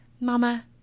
Mama